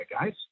guys